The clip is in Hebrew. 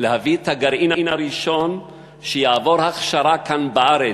להביא את הגרעין הראשון שיעבור הכשרה כאן בארץ,